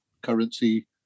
currency